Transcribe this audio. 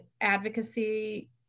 advocacy